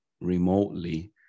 remotely